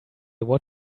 what